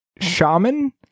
shaman